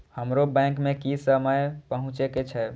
हमरो बैंक में की समय पहुँचे के छै?